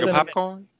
popcorn